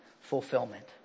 fulfillment